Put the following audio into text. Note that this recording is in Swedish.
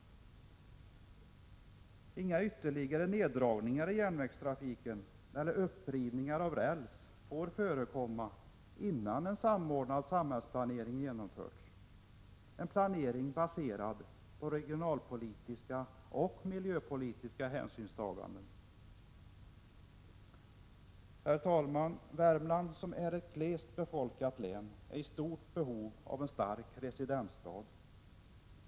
Inga ytterligare neddragningar i järnvägstrafiken eller upprivningar av räls får förekomma innan en samordnad samhällsplanering genomförts, en planering baserad på regionalpolitiska och miljöpolitiska hänsynstaganden. Herr talman! Värmland, som är ett glest befolkat län, är i stort behov av en stark residensstad.